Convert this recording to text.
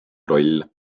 roll